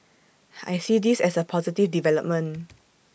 I see this as A positive development